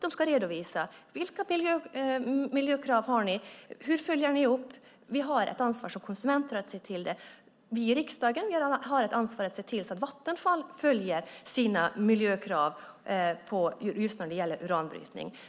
De ska redovisa vilka miljökrav de har och hur de följer upp dem. Vi har ett ansvar som konsumenter att se till detta. Vi i riksdagen har ett ansvar att se till att Vattenfall följer sina miljökrav när det gäller uranbrytning.